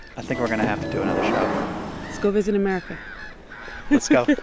i think we're going to have to do another show let's go visit america let's go